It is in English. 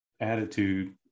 attitude